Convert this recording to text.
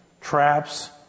traps